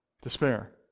despair